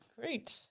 Great